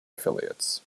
affiliates